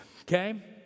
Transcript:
okay